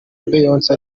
beyonce